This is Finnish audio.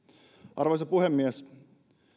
arvoisa puhemies